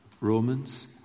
Romans